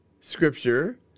Scripture